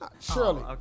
Surely